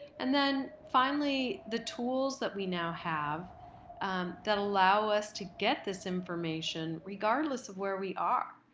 and then finally, the tools that we now have that allow us to get this information, regardless of where we are.